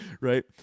right